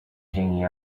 hanging